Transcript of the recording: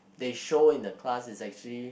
they in show in the class is actually